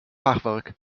fachwerk